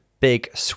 big